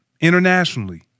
internationally